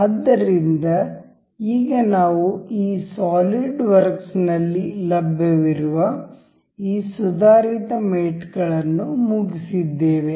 ಆದ್ದರಿಂದ ಈಗ ನಾವು ಈ ಸಾಲಿಡ್ ವರ್ಕ್ಸ್ ನಲ್ಲಿ ಲಭ್ಯವಿರುವ ಈ ಸುಧಾರಿತ ಮೇಟ್ಗಳನ್ನು ಮುಗಿಸಿದ್ದೇವೆ